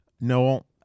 Noel